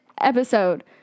episode